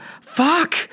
Fuck